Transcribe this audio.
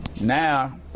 Now